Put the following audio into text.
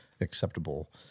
acceptable